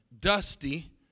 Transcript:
Dusty